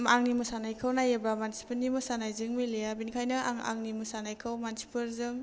आंनि मोसानायखौ नायोबा मानसिफोरनि मोसानायजों मिलाया बेनिखायनो आं आंनि मोसानायखौ मानसिफोरजों